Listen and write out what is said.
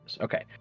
Okay